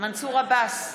מנסור עבאס,